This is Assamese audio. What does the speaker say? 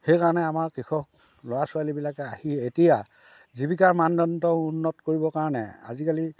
সেইকাৰণে আমাৰ কৃষক ল'ৰা ছোৱালীবিলাকে আহি এতিয়া জীৱিকাৰ মানদণ্ড উন্নত কৰিবৰ কাৰণে আজিকালি